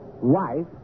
wife